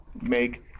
make